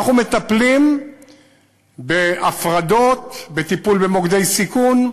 אנחנו מטפלים בהפרדות, בטיפול במוקדי סיכון.